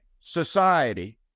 society